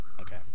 Okay